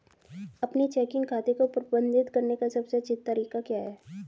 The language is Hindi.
अपने चेकिंग खाते को प्रबंधित करने का सबसे अच्छा तरीका क्या है?